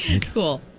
Cool